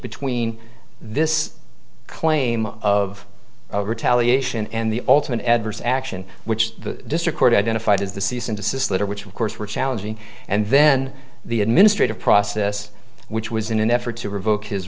between this claim of retaliation and the ultimate adverse action which the district court identified as the cease and desist letter which of course we're challenging and then the administrative process which was in an effort to revoke his